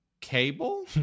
Cable